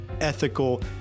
ethical